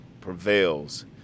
prevails